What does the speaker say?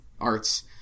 arts